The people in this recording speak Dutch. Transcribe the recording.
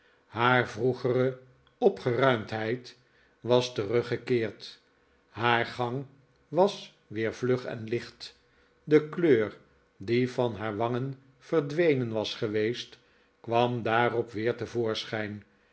haar vroegere opgeruimdheid was teruggekeerd haar gang was weer vlug en lichtr de kleur die van haar wangen verdwenen was geweest kwam daarop weer